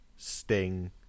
Sting